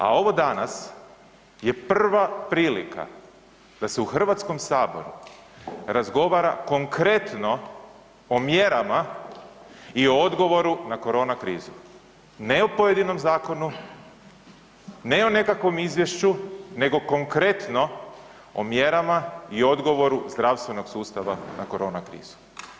A ovo danas je prva prilika da se u Hrvatskom saboru razgovara konkretno o mjerama i o odgovoru na corona krizu, ne o pojedinom zakonu, ne o nekakvom izvješću, nego konkretno o mjerama i odgovoru zdravstvenog sustava na corona krizu.